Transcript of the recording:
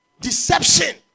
deception